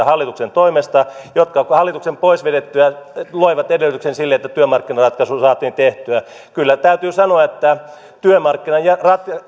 hallituksen toimesta ja hallituksen ne pois vedettyä luotiin edellytys sille että työmarkkinaratkaisu saatiin tehtyä kyllä täytyy sanoa että